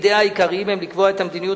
שתפקידיה העיקריים הם לקבוע את המדיניות